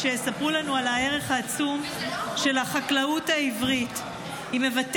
אני קובע כי הצעת חוק איסור הלבנת הון (תיקון,